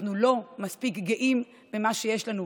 אנחנו לא מספיק גאים במה שיש לנו.